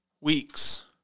weeks